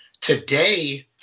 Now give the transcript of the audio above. Today